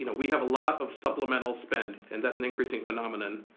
you know we have a lot of supplemental spend, and that's an increasing phenomenon